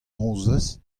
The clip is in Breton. nozvezh